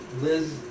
Liz